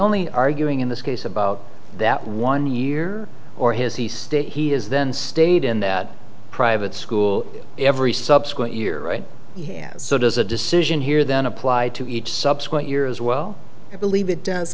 only arguing in this case about that one year or has he stayed he is then stayed in that private school every subsequent year right hand so does a decision here then apply to each subsequent years well i believe it does